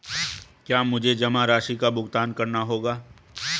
क्या मुझे जमा राशि का भुगतान करना होगा?